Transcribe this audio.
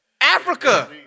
Africa